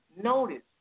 notice